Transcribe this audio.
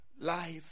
life